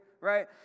Right